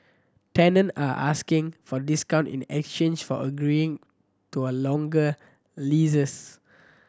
tenant are asking for discount in exchange for agreeing to a longer leases